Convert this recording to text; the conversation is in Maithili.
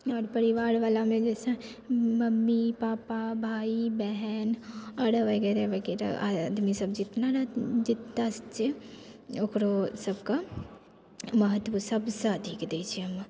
आओर परिवारवला मे जे छै से मम्मी पापा भाय बहिन वगैरह वगैरह वगैरह आदमी सभ जित्ता जितना छै ओकरो सबके महत्व सबसँ अधिक दै छियै हम